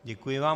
Děkuji vám.